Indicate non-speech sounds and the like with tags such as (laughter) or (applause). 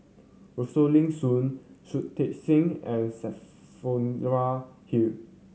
Rosaline Soon Shui Tit Sing and (unintelligible) Hull